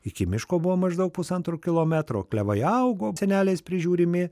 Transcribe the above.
iki miško buvo maždaug pusantro kilometro klevai augo senelės prižiūrimi